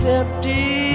empty